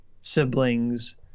siblings